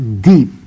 deep